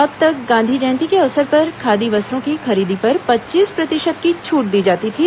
अब तक गांधी जयंती के अवसर पर खादी वस्त्रों की खरीदी पर पच्चीस प्रतिशत की छूट दी जाती थी